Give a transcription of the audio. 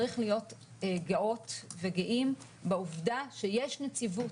צריך להיות גאות וגאים בעובדה שיש נציבות.